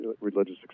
religious